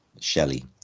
Shelley